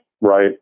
Right